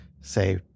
say